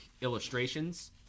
illustrations